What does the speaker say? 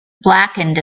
blackened